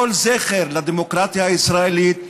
כל זכר לדמוקרטיה הישראלית,